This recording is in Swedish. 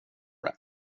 det